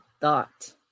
thought